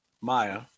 Maya